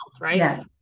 right